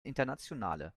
internationale